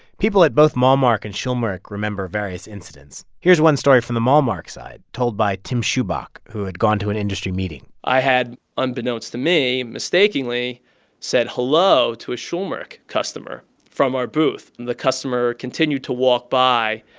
people at both malmark and schulmerich remember various incidents. here's one story from the malmark side, told by tim schubach, who had gone to an industry meeting i had, unbeknownst to me, mistakenly said hello to a schulmerich customer from our booth. and the customer continued to walk by.